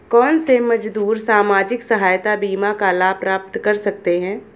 कौनसे मजदूर सामाजिक सहायता बीमा का लाभ प्राप्त कर सकते हैं?